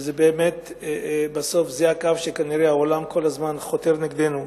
וזה באמת בסוף הקו שכנראה העולם כל הזמן חותר נגדנו.